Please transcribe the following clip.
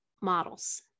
models